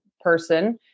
person